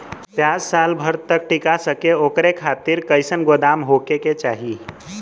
प्याज साल भर तक टीका सके ओकरे खातीर कइसन गोदाम होके के चाही?